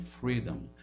freedom